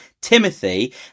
Timothy